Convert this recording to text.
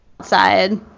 outside